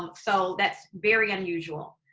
ah so that's very unusual.